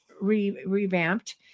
revamped